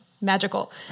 magical